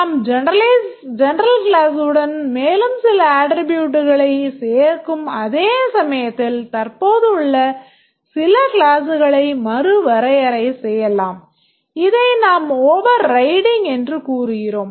நாம் ஜெனரல் கிளாஸ்சுடன் மேலும் சில அட்ட்ரிபூட்களை சேர்க்கும் அதே சமயத்தில் தற்போதுள்ள சில கிளாஸ்களை மறுவரையறை செய்யலாம் இதை நாம் overriding என்று கூறுகிறோம்